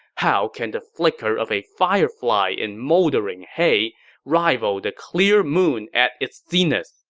how can the flicker of a firefly in moldering hay rival the clear moon at its zenith?